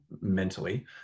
mentally